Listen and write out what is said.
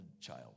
child